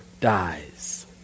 dies